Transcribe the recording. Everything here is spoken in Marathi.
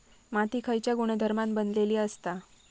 माती खयच्या गुणधर्मान बनलेली असता?